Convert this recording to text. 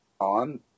on